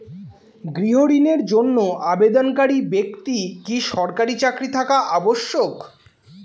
গৃহ ঋণের জন্য আবেদনকারী ব্যক্তি কি সরকারি চাকরি থাকা আবশ্যক?